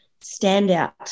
standout